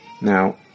Now